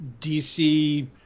DC